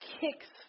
kicks